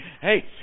Hey